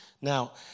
Now